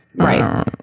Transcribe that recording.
Right